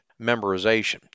memorization